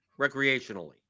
recreationally